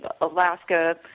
Alaska